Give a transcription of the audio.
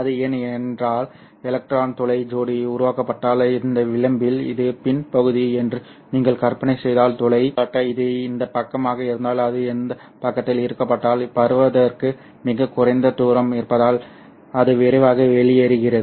அது ஏன் ஏனென்றால் எலக்ட்ரான் துளை ஜோடி உருவாக்கப்பட்டால் இந்த விளிம்பில் இது PIN பகுதி என்று நீங்கள் கற்பனை செய்தால் துளை எடுத்துக்காட்டாக இது இந்த பக்கமாக இருந்தால் அது இந்த பக்கத்தில் ஈர்க்கப்பட்டால் பரப்புவதற்கு மிகக் குறைந்த தூரம் இருப்பதால் அது விரைவாக வெளியேறுகிறது